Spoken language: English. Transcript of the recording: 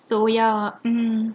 so ya mm